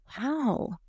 Wow